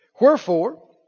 Wherefore